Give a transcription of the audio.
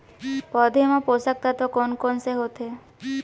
पौधे मा पोसक तत्व कोन कोन से होथे?